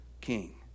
king